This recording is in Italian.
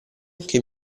anche